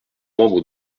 membre